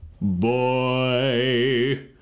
Boy